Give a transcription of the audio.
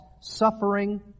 suffering